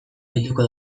bilduko